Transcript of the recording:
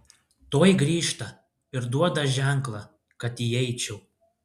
tuoj grįžta ir duoda ženklą kad įeičiau